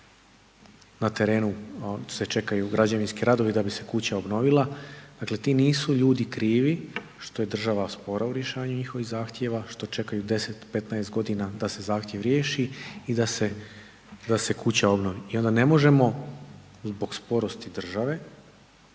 na terenu se čekaju građevinski radovi da bi se kuća obnovila. Dakle ti ljudi nisu krivi što je država spora u rješavanju njihovih zahtjeva, što čekaju 10, 15 godina da se zahtjev riješi i da se kuća obnovi. I onda ne možemo zbog sporosti države